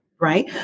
right